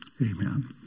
amen